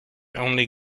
only